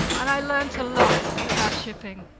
and i learned a lot about shipping.